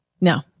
No